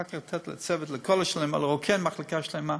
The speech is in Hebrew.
ואחר כך כן לתת לרוקן מחלקה שלמה.